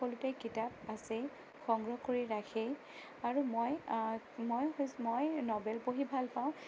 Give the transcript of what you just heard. সকলোতে কিতাপ আছে সংগ্ৰহ কৰি ৰাখে আৰু মই মই হৈছোঁ মই নভেল পঢ়ি ভাল পাওঁ